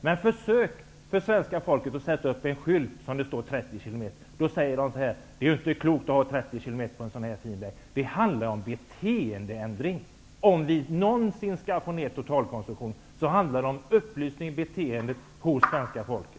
Men försök att sätta upp en skylt för svenskarna där det står 30 km i timmen, och de skall säga: Det är inte klokt att ha 30 km i timmen på en så här fin väg. Det handlar alltså om beteendeändring. Om vi någonsin skall få ner totalkonsumtionen av alkohol, måste vi kunna ändra beteendet hos svenska folket.